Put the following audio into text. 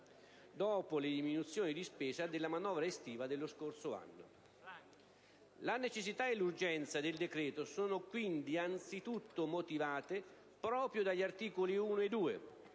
dopo le diminuzioni di spesa della manovra estiva dello scorso anno. La necessità e l'urgenza del decreto sono quindi anzitutto motivate proprio dagli articoli 1 e 2,